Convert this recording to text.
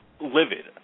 livid